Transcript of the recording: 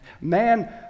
Man